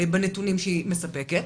בנתונים שהיא מספקת.